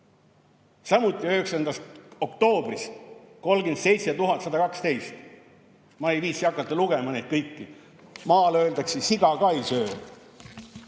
samuti 9. oktoobrist: 37 112. Ma ei viitsi hakata lugema neid kõiki. Maal öeldakse: siga ka ei söö.